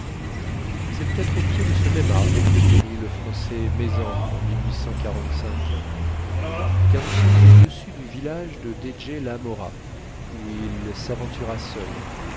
c'est peut-être au pied de ce même arbre que périt le français maizan en car nous sommes au-dessus du village de deje la mhora où il s'aventura seul